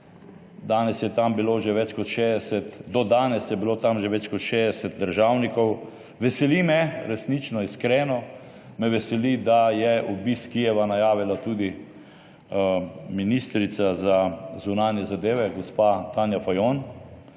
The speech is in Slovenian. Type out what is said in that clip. Do danes je bilo tam že več kot 60 državnikov. Veseli me, resnično, iskreno me veseli, da je obisk Kijeva najavila tudi ministrica za zunanje zadeve gospa Tanja Fajon.